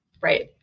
right